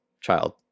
child